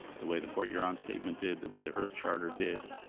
the way the port huron statement did, the way the earth charter did.